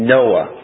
Noah